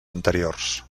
anteriors